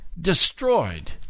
destroyed